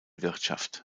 wirtschaft